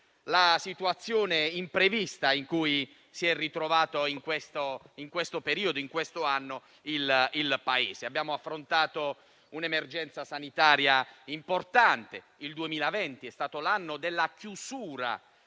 la situazione imprevista in cui si è trovato in quest'anno il Paese. Abbiamo affrontato un'emergenza sanitaria importante. Il 2020 è stato l'anno della chiusura